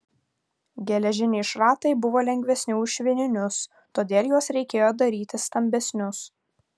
geležiniai šratai buvo lengvesni už švininius todėl juos reikėjo daryti stambesnius